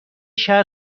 شهر